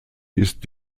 ist